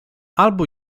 albo